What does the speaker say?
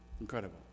Incredible